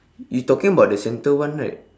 you talking about the center one right